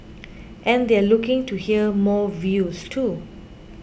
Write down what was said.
and they're looking to hear more views too